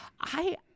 I-